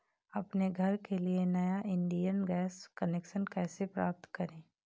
अपने घर के लिए नया इंडियन गैस कनेक्शन कैसे प्राप्त करें?